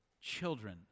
children